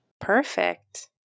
Perfect